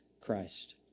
Christ